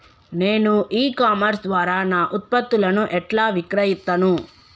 నేను e commerce ద్వారా నా ఉత్పత్తులను ఎట్లా విక్రయిత్తను?